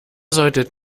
solltet